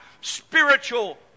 spiritual